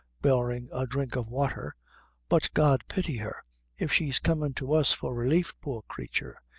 barring a drink of water but, god pity her if she's comin' to us for relief poor creature!